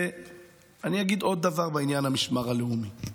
אני אגיד עוד דבר בעניין המשמר הלאומי,